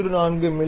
14 மி